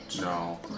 No